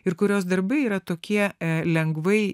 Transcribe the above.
ir kurios darbai yra tokie lengvai